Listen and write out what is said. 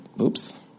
Oops